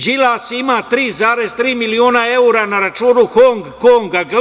Đilas ima 3,3 miliona evra na računu Hong Konga.